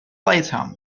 later